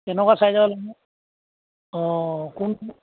কেনেকুৱা চাইজৰ অঁ কোন